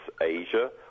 Asia